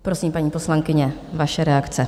Prosím, paní poslankyně, vaše reakce.